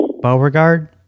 Beauregard